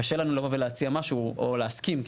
קשה לנו לבוא ולהציע משהו או להסכים.